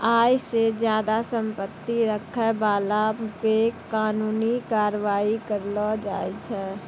आय से ज्यादा संपत्ति रखै बाला पे कानूनी कारबाइ करलो जाय छै